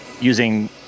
using